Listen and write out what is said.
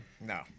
No